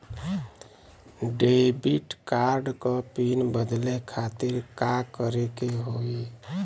Debit card क pin बदले खातिर का करेके होई?